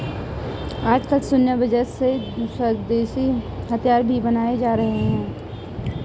आजकल सैन्य बजट से स्वदेशी हथियार बनाये भी जा रहे हैं